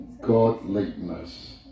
godliness